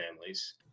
families